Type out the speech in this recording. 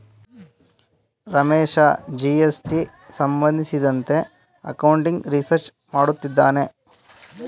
Ramesh GST ಸಂಬಂಧಿಸಿದಂತೆ accounting research ಮಾಡುತ್ತಿದ್ದಾನೆ